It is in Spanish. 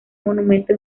monumento